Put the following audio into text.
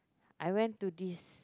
I went to this